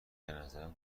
نظرم